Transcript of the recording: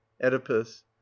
Oedipus